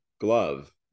glove